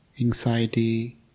anxiety